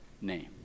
name